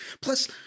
Plus